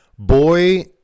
Boy